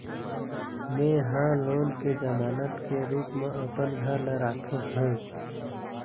में ह लोन के जमानत के रूप म अपन घर ला राखे हों